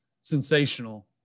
sensational